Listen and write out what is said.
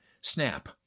snap